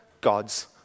God's